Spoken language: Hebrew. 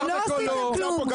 לא עשיתם כלום.